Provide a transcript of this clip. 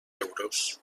euros